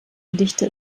gedichte